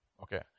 Okay